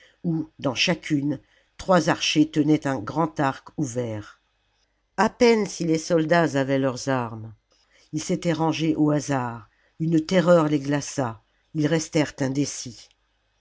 où dans chacune trois archers tenaient un grand arc ouvert a peine si les soldats avaient leurs armes ils s'étaient rangés au hasard une terreur les glaça ils restèrent indécis